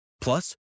Plus